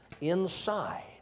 Inside